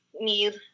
need